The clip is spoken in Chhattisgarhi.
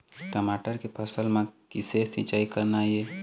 टमाटर के फसल म किसे सिचाई करना ये?